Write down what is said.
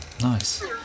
Nice